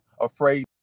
afraid